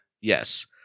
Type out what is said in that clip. Yes